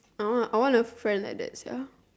I want a I want a friend like that sia